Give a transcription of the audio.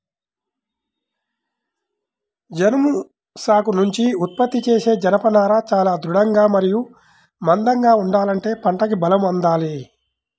జనుము సాగు నుంచి ఉత్పత్తి చేసే జనపనార చాలా దృఢంగా మరియు మందంగా ఉండాలంటే పంటకి బలం అందాలి